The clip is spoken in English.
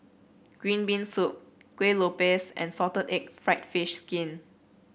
Green Bean Soup Kuih Lopes and Salted Egg fried fish skin